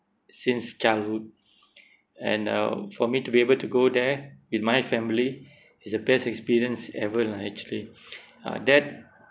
since childhood and uh for me to be able to go there with my family is the best experience ever lah actually uh that